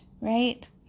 right